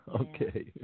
Okay